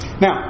Now